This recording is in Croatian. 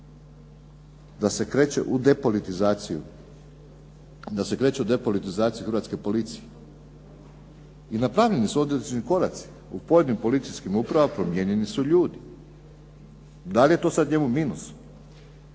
da se kreće u depolitizaciju hrvatske policije i napravljeni su određeni koraci u pojedinim političkim upravama promijenjeni su ljudi. Da li je to sada njemu minus?